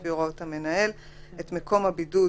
לפי הוראות המנהל, את מקום הבידוד